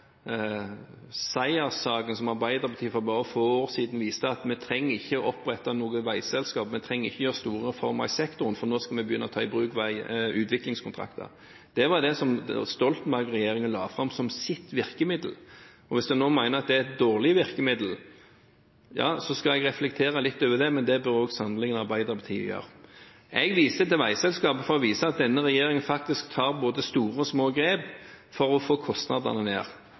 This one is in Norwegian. Arbeiderpartiet for bare få år siden: Man trengte ikke å opprette noe veiselskap, man trengte ikke å gjennomføre store reformer i sektoren, for nå skulle man begynne å ta i bruk utviklingskontrakter. Det var det Stoltenberg-regjeringen la fram som sitt virkemiddel. Hvis man nå mener at det er et dårlig virkemiddel, ja så skal jeg reflektere litt over det, men det bør sannelig også Arbeiderpartiet gjøre. Jeg viser til Veiselskapet for å vise at denne regjeringen faktisk tar både store og små grep for å få kostnadene ned.